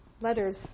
letters